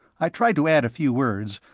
i tried to add a few words,